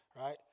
right